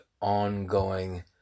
ongoing